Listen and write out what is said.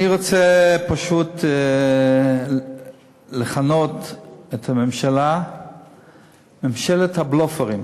אני רוצה פשוט לכנות את הממשלה "ממשלת הבלופרים",